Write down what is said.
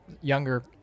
younger